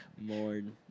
Mourn